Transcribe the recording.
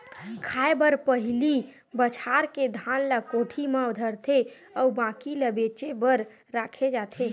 खाए बर पहिली बछार के धान ल कोठी म धरथे अउ बाकी ल बेचे बर राखे जाथे